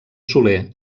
soler